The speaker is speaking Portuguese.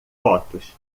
fotos